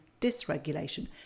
dysregulation